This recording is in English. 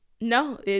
No